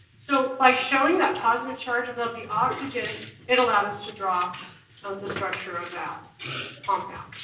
so by showing that positive charge above the oxygen it allowed us to draw the structure of that compound.